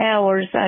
Hours